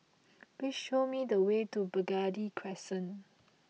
please show me the way to Burgundy Crescent